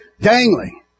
dangling